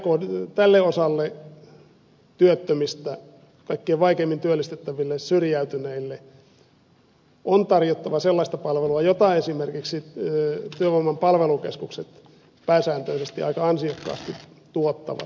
tälle osalle työttömistä kaikkein vaikeimmin työllistettäville syrjäytyneille on tarjottava sellaista palvelua jota esimerkiksi työvoiman palvelukeskukset pääsääntöisesti aika ansiokkaasti tuottavat